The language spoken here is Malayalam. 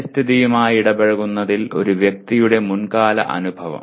പരിസ്ഥിതിയുമായി ഇടപഴകുന്നതിൽ ഒരു വ്യക്തിയുടെ മുൻകാല അനുഭവം